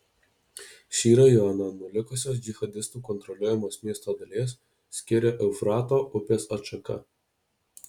šį rajoną nuo likusios džihadistų kontroliuojamos miesto dalies skiria eufrato upės atšaka